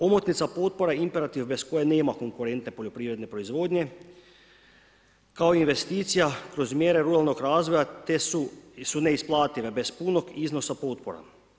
Omotnica potpore je imperativ bez koje nema konkurentne poljoprivredne proizvodnje kao investicija kroz mjere ruralnog razvoja te su neisplative bez punog iznosa potpora.